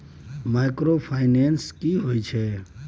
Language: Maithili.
माइक्रोफाइनेंस की होय छै?